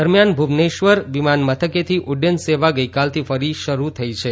દરમિયાન ભુવનેશ્વર વિમાન મથકેથી ઉડ્ડયન સેવા ગઇકાલથી ફરી શરૂ થઇ છે